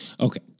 Okay